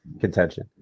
contention